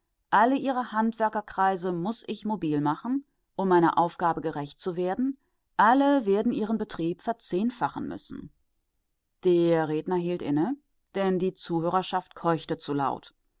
alle ihre handwerkerkreise muß ich mobil machen um meiner aufgabe gerecht zu werden alle werden ihren betrieb verzehnfachen müssen der redner hielt inne denn die zuhörerschaft keuchte zu laut